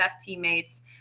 teammates